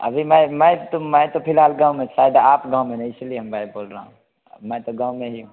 अभी मैं मैं तो मैं तो फ़िलहाल गाँव में शायद आप गाँव में नहीं इस लिए मैं बोल रहा हूँ मैं तो गाँव में ही हूँ